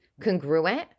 congruent